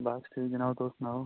बस ठीक जनाब तुस सनाओ